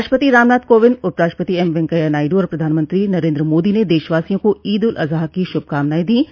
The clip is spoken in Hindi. राष्ट्रपति रामनाथ कोविंद उपराष्ट्रपति एम वेंकैया नायड् और प्रधानमंत्री नरेंद्र मोदी ने देशवासियों को ईद उल अजहा की शुभकामनाएं दी है